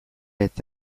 eta